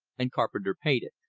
and carpenter paid it.